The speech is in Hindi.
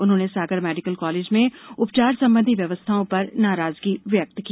उन्होंने सागर मेडिकल कॉलेज में उपचार संबंधी व्यवस्थाओं पर नाराजगी व्यक्त की